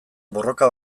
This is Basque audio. borroka